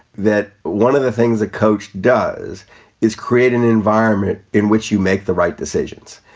that one of the things that coach does is create an environment in which you make the right decisions.